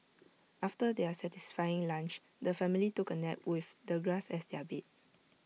after their satisfying lunch the family took A nap with the grass as their bed